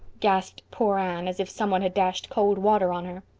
gasped poor anne, as if some one had dashed cold water on her.